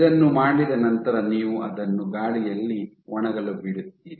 ಇದನ್ನು ಮಾಡಿದ ನಂತರ ನೀವು ಅದನ್ನು ಗಾಳಿಯಲ್ಲಿ ಒಣಗಲು ಬಿಡುತ್ತೀರಿ